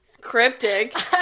Cryptic